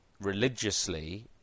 religiously